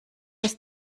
ist